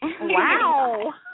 Wow